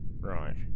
Right